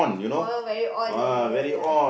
or very on ya ya ya ya